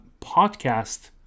podcast